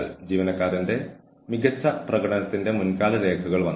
വിഷയത്തിൽ ശ്രദ്ധ കേന്ദ്രീകരിക്കുക അതിൽ ഉൾപ്പെട്ട വ്യക്തികളിലല്ല